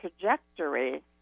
trajectory